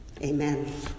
Amen